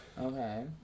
Okay